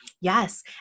Yes